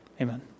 Amen